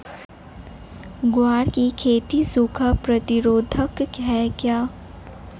ग्वार की खेती सूखा प्रतीरोधक है क्या?